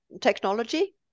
technology